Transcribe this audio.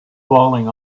falling